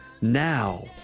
Now